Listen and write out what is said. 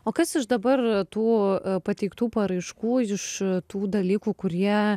o kas iš dabar tų pateiktų paraiškų iš tų dalykų kurie